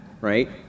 right